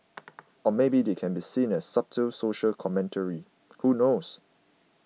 or maybe that can be seen as subtle social commentary who knows